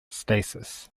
stasis